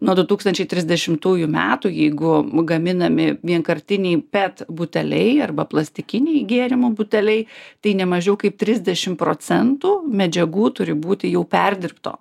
nuo du tūkstančiai trisdešimtųjų metų jeigu gaminami vienkartiniai pet buteliai arba plastikiniai gėrimų buteliai tai ne mažiau kaip trisdešimt procentų medžiagų turi būti jau perdirbto